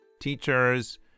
teachers